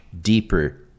deeper